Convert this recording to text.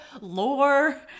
lore